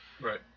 Right